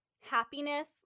happiness